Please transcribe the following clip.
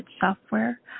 software